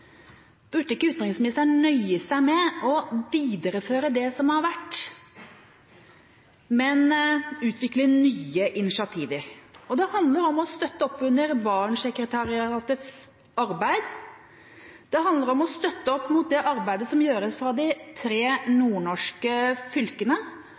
utenriksministeren nøye seg med å videreføre det som har vært, men utvikle nye initiativer. Det handler om å støtte opp under Barentssekretariatets arbeid, det handler om å støtte opp om det arbeidet som gjøres fra de tre